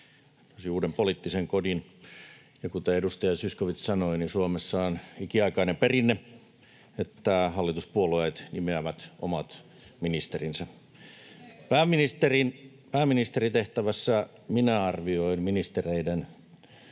uuden poliittisen kodin, ja kuten edustaja Zyskowicz sanoi, niin Suomessa on ikiaikainen perinne, että hallituspuolueet nimeävät omat ministerinsä. Pääministerin tehtävässä minä arvioin ministereitä